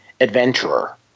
adventurer